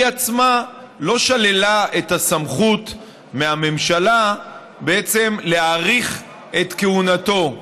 היא עצמה לא שללה את הסמכות מהממשלה בעצם להאריך את כהונתו.